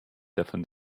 davon